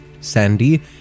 Sandy